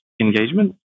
engagement